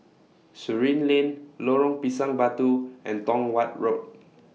Surin Lane Lorong Pisang Batu and Tong Watt Road